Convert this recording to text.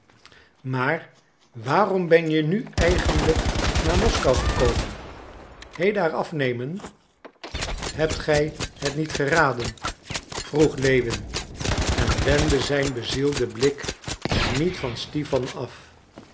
maar waarom ben je dan nu eigenlijk naar moskou gekomen hei daar afnemen hebt gij het niet geraden vroeg lewin en wendde zijn bezielden blik niet van stipan af